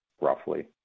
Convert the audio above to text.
roughly